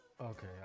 okay